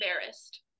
embarrassed